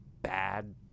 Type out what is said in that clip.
bad